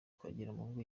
twagiramungu